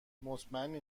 مطمئنی